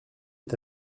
est